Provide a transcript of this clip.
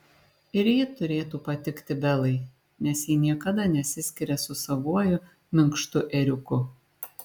ir ji turėtų patikti belai nes ji niekada nesiskiria su savuoju minkštu ėriuku